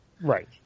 Right